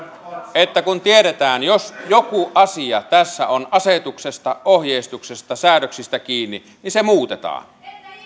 että jos tiedetään että joku asia tässä on asetuksesta ohjeistuksesta säädöksistä kiinni niin se muutetaan